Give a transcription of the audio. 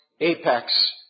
apex